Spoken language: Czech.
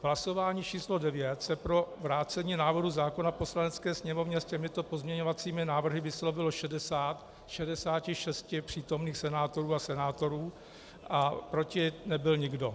V hlasování číslo devět se pro vrácení návrhu zákona Poslanecké sněmovně s těmito pozměňovacími návrhy vyslovilo 60 ze 66 přítomných senátorek a senátorů a proti nebyl nikdo.